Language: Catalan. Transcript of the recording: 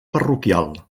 parroquial